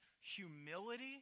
Humility